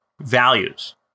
values